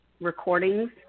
recordings